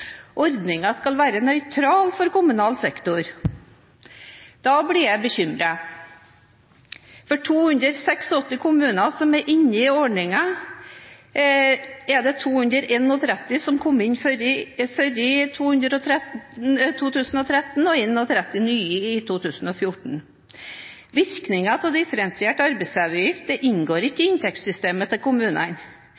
skal være nøytral for kommunal sektor.» Da blir jeg bekymret. Av 286 kommuner som er inne i ordningen, er det 231 som kom inn før 2013, og 31 nye i 2014. Virkningen av differensiert arbeidsgiveravgift inngår ikke i inntektssystemet til kommunene.